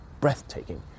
breathtaking